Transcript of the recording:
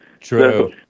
True